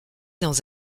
dans